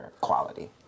quality